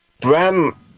Bram